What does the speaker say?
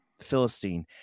Philistine